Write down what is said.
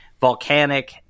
volcanic